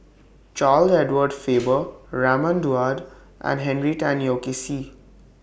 Charles Edward Faber Raman Daud and Henry Tan Yoke See